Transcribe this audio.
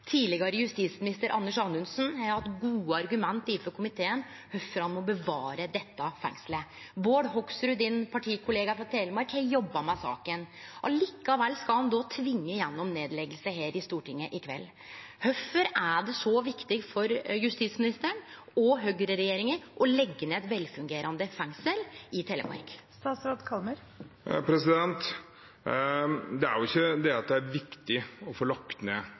Tidlegare justisminister Anders Anundsen har hatt gode argument overfor komiteen for kvifor ein må bevare dette fengselet. Bård Hoksrud, statsrådens partikollega frå Telemark, har jobba med saka. Likevel skal ein tvinge gjennom nedlegging her i Stortinget i kveld. Kvifor er det så viktig for justisministeren og høgreregjeringa å leggje ned eit velfungerande fengsel i Telemark? Det er jo ikke det at det er viktig å få lagt ned